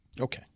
Okay